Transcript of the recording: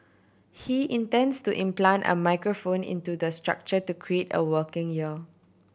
he intends to implant a microphone into the structure to create a working ear